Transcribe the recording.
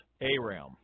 Aram